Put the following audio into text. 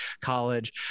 college